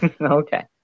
Okay